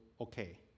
okay